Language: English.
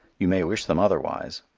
you may wish them otherwise,